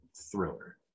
thriller